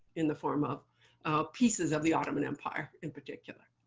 in the form of pieces of the ottoman empire, in particular.